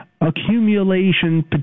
Accumulation